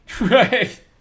Right